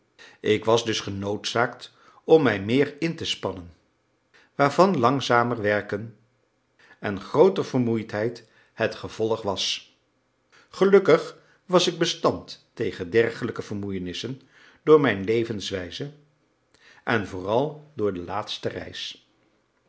ik was dus genoodzaakt om mij meer in te spannen waarvan langzamer werken en grooter vermoeidheid het gevolg was gelukkig was ik bestand tegen dergelijke vermoeienissen door mijn levenswijze en vooral door de laatste reis